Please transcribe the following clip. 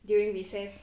during recess